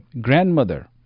grandmother